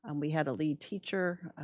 and we had a lead teacher,